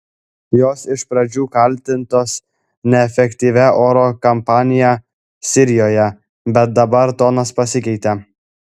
jos iš pradžių kaltintos neefektyvia oro kampanija sirijoje bet dabar tonas pasikeitė